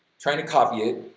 trying to copy it,